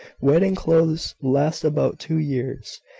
wedding clothes last about two years,